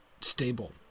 stable